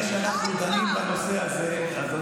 די